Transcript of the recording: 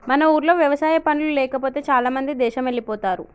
మన ఊర్లో వ్యవసాయ పనులు లేకపోతే చాలామంది దేశమెల్లిపోతారు